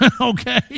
okay